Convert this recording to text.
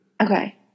Okay